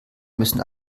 müssen